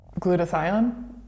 glutathione